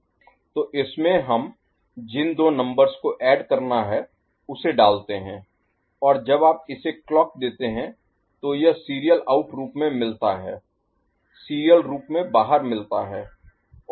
तो इसमें हम जिन दो नंबर्स को ऐड करना है उसे डालते हैं और जब आप इसे क्लॉक देते हैं तो यह सीरियल आउट रूप में मिलता है सीरियल रूप में बाहर मिलता है